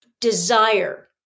desire